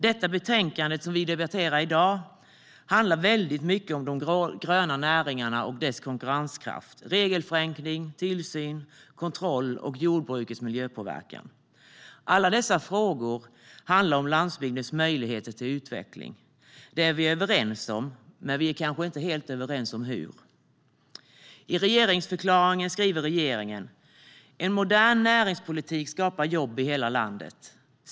Det betänkande vi debatterar i dag handlar väldigt mycket om de gröna näringarna och deras konkurrenskraft, om regelförenkling, tillsyn, kontroll och jordbrukets miljöpåverkan. Alla dessa frågor handlar om landsbygdens möjligheter till utveckling. Det är vi överens om, men vi är kanske inte helt överens om hur. I regeringsförklaringen skriver regeringen: "En modern näringspolitik skapar jobb i hela landet.